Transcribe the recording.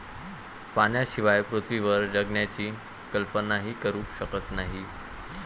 पाण्याशिवाय पृथ्वीवर जगण्याची कल्पनाही करू शकत नाही